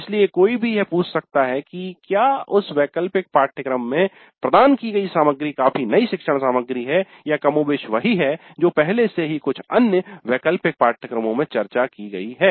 इसलिए कोई भी यह पूछ सकता है कि क्या उस वैकल्पिक पाठ्यक्रम में प्रदान की गई सामग्री काफी नई शिक्षण सामग्री है या कमोबेश वही है जो पहले से ही कुछ अन्य वैकल्पिक पाठ्यक्रमों में चर्चा की गई है